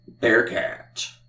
Bearcat